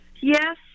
yes